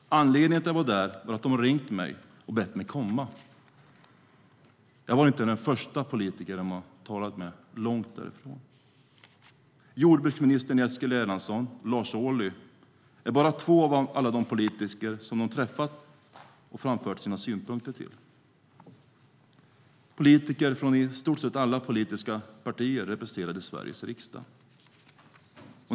Anledningen till att jag var där var att de hade ringt mig och bett mig komma. Jag var inte den första politiker som de hade talat med, långt därifrån. Jordbruksminister Eskil Erlandsson och Lars Ohly är bara två av alla de politiker som de hade träffat och framfört sina synpunkter till, politiker från i stort sett alla politiska partier representerade i Sveriges riksdag.